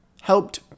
helped